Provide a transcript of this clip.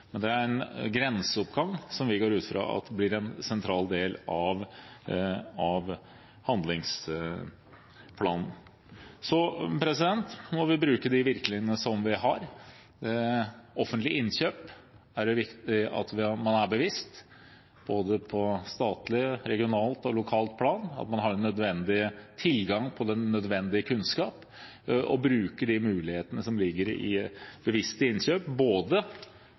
Det er en grenseoppgang som vi går ut fra at blir en sentral del av handlingsplanen. Vi må bruke de virkemidlene som vi har. Ved offentlige innkjøp er det viktig at man er bevisst, på både statlig, regionalt og lokalt plan. Det er viktig at man har tilgang på den nødvendige kunnskap og bruker de mulighetene som ligger i bevisste innkjøp